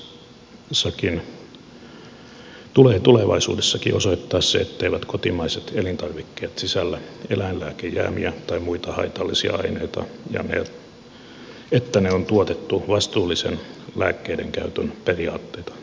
tulevaisuudessakin tulee osoittaa se etteivät kotimaiset elintarvikkeet sisällä eläinlääkejäämiä tai muita haitallisia aineita ja että ne on tuotettu vastuullisen lääkkeiden käytön periaatteita noudattaen